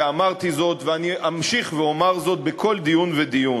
ואמרתי זאת ואני אמשיך ואומר זאת בכל דיון ודיון,